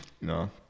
No